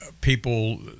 people